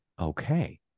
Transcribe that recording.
okay